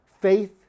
Faith